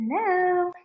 Hello